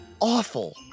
awful